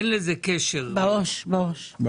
בעו"ש.